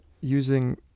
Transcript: using